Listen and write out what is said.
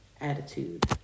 attitude